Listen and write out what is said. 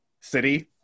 city